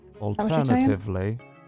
Alternatively